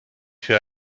für